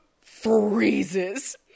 freezes